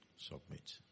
Submit